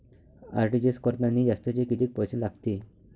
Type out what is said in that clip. RTGS करतांनी जास्तचे कितीक पैसे लागते?